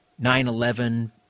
9-11 –